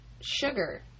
sugar